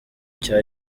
cya